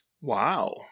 Wow